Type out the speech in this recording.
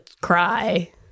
cry